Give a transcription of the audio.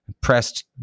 pressed